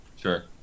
Sure